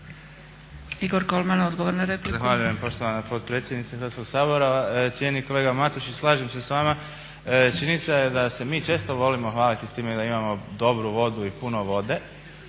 Igor KOlman odgovor na repliku.